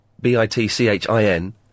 B-I-T-C-H-I-N